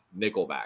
nickelback